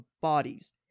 bodies